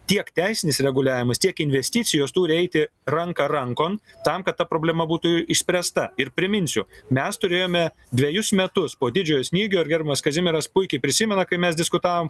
tiek teisinis reguliavimas tiek investicijos turi eiti ranka rankon tam kad ta problema būtų išspręsta ir priminsiu mes turėjome dvejus metus po didžiojo snygio ir gerbiamas kazimieras puikiai prisimena kai mes diskutavom